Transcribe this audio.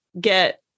get